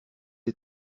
les